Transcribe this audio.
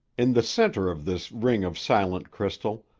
in the center of this ring of silent crystal,